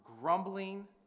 grumbling